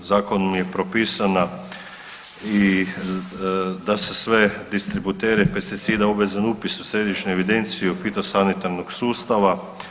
Zakonom je propisano i da se sve distributere pesticida obvezan upis u središnju evidenciju fito sanitarnog sustava.